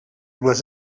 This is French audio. dois